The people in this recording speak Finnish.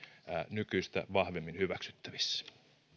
nykyistä vahvemmin hyväksyttävissä